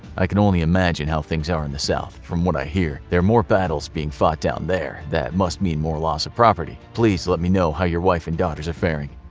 i can only imagine how things are in the south. from what i hear, there are more battles being fought down there and that must mean more loss of property. please let me know how your wife and daughters are faring.